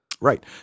Right